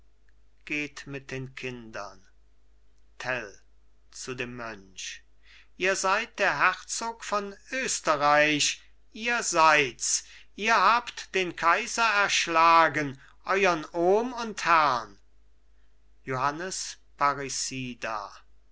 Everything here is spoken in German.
geht mit den kindern tell zu dem mönch ihr seid der herzog von österreich ihr seid's ihr habt den kaiser erschlagen euern ohm und herrn